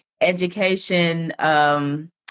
education